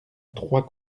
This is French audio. trois